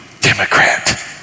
Democrat